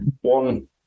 one